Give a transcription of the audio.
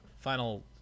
final